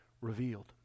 revealed